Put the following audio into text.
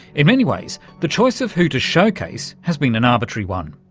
in many ways the choice of who to showcase has been an arbitrary one.